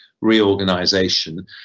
reorganization